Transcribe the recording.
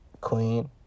Queen